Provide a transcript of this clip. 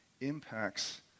impacts